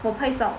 我拍照